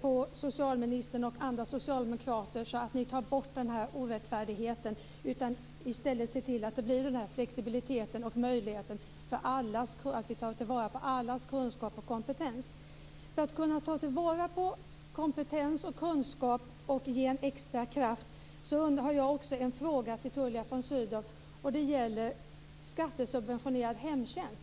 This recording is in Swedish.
på socialministern och andra socialdemokrater så att ni tar bort den här orättfärdigheten och i stället ser till att blir en flexibilitet och att vi har möjlighet att ta till vara allas kunskap och kompetens. För att kunna ta till vara kompetens och kunskap och ge en extra kraft har jag också en fråga till Tullia von Sydow. Det gäller skattesubventionerad hemtjänst.